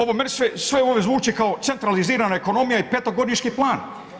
Ovo meni sve ovo zvuči kao centralizirana ekonomija i petogodišnji plan.